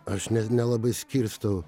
aš net nelabai skirstau